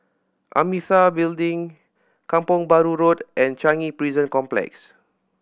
Amitabha Building Kampong Bahru Road and Changi Prison Complex